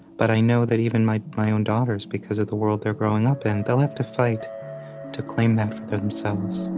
but i know that even my my own daughters, because of the world they're growing up in, they'll have to fight to claim that for themselves